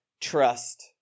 trust